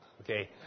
Okay